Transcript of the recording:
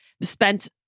spent